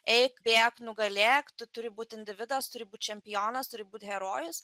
eik bėk nugalėk tu turi būt individas turi būt čempionas turi būt herojus